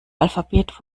alphabet